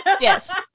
yes